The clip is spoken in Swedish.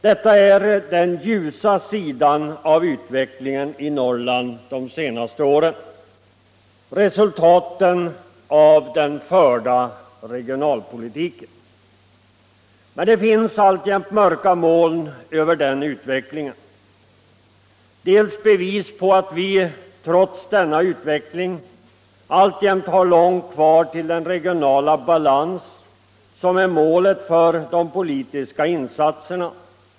Detta är den ljusa sidan av utvecklingen i Norrland de senaste åren — resultaten av den förda regionalpolitiken. Men det finns alltjämt mörka moln över den utvecklingen. Dels finns bevis för att vi trots denna utveckling alltjämt har långt kvar till den regionala balans som är målet för de politiska insatserna.